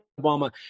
Obama